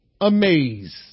amazed